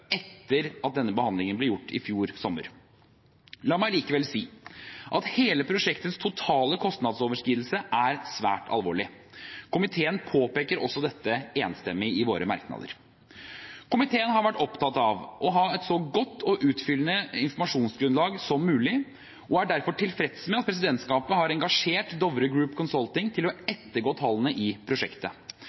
etter at denne behandlingen ble gjort i fjor sommer. La meg likevel si at hele prosjektets totale kostnadsoverskridelse er svært alvorlig. Komiteen påpeker også dette enstemmig i sine merknader. Komiteen har vært opptatt av å ha et så godt og utfyllende informasjonsgrunnlag som mulig, og vi er derfor tilfreds med at presidentskapet har engasjert Dovre Group Consulting til å ettergå tallene i prosjektet.